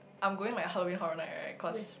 I'm going like Halloween horror night right cause